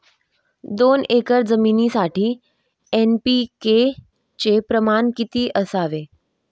दोन एकर जमीनीसाठी एन.पी.के चे प्रमाण किती असावे?